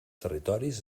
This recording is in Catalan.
territoris